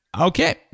Okay